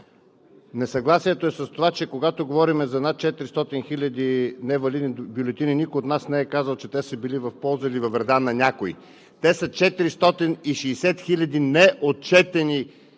Несъгласието е с това, че когато говорим за над 400 хиляди невалидни бюлетини, никой от нас не е казал, че те са били в полза или вреда на някого. Те са 460 хиляди неотчетени гласа,